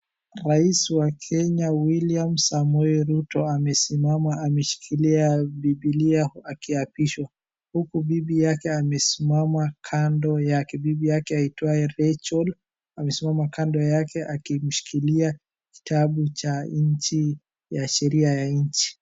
Raisi wa Kenya William Samoei Ruto amesimama ameshikilia bibilia akiapishwa huku bibi yake amesimama kando yake. Bibi yake aitwaye Rachael amesimama kando yake akimshikilia kitabu cha nchi ya sheria ya nchi.